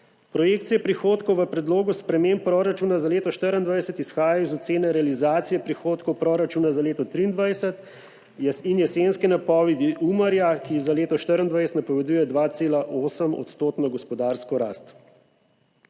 Projekcije prihodkov v predlogu sprememb proračuna za leto 2024 izhajajo iz ocene realizacije prihodkov proračuna za leto 2023 in jesenske napovedi Umarja, ki za leto 2024 napoveduje 2,8-odstotno gospodarsko rast.